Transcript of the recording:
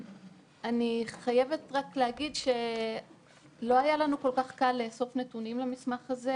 אני חייבת להגיד שלא היה לנו קל כל כך לאסוף נתונים למסמך הזה.